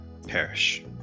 perish